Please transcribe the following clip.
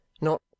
Not